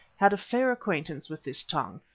had a fair acquaintance with this tongue,